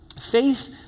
Faith